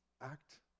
act